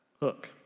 hook